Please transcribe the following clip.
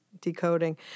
decoding